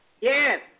Yes